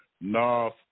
North